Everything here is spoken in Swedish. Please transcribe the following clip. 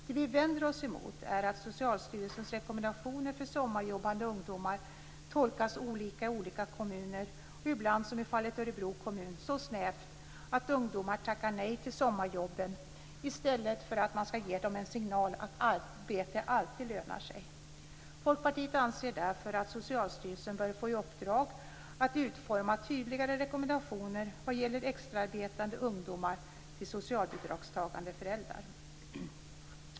Det som vi vänder oss emot är att Socialstyrelsens rekommendationer för sommarjobbande ungdomar tolkas olika i olika kommuner och ibland, som i fallet Örebro kommun, så snävt att ungdomar tackar nej till sommarjobben i stället för att ge dem signalen att arbete alltid lönar sig. Folkpartiet anser därför att Socialstyrelsen bör få i uppdrag att utforma tydligare rekommendationer vad gäller extraarbetande ungdomar till socialbidragstagande föräldrar.